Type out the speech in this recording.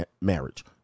marriage